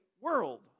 world